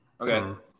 Okay